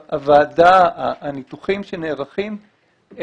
הניתוחים שנערכים,